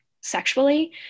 sexually